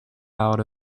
out